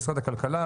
משרד הכלכלה,